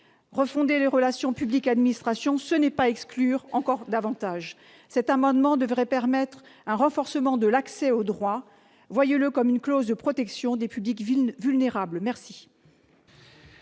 Refonder les relations public-administration ne revient pas à exclure encore davantage. L'adoption de cet amendement devrait permettre de renforcer l'accès au droit. Voyez-le comme une clause de protection des publics vulnérables.